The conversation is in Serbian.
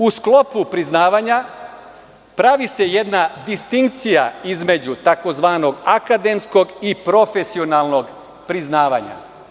U sklopu priznavanja, pravi se jedna distinkcija između tzv. akademskog i profesionalnog priznavanja.